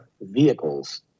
vehicles